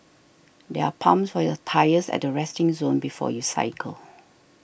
there are pumps for your tyres at the resting zone before you cycle